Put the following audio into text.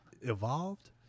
evolved